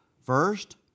First